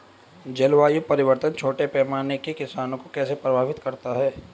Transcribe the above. जलवायु परिवर्तन छोटे पैमाने के किसानों को कैसे प्रभावित करता है?